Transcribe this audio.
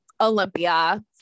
Olympia